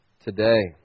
today